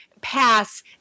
pass